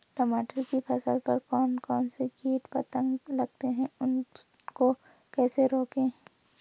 टमाटर की फसल पर कौन कौन से कीट पतंग लगते हैं उनको कैसे रोकें?